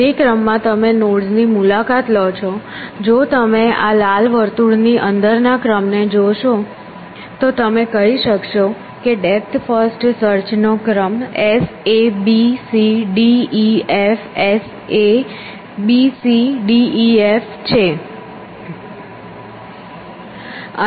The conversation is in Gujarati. જે ક્રમમાં તમે નોડ્સની મુલાકાત લો છો જો તમે આ લાલ વર્તુળની અંદરના ક્રમને જોશો તો તમે કહી શકો છો કે ડેપ્થ ફર્સ્ટ સર્ચ નો ક્રમ s a b c d e f s a b c d e f છે